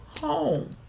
home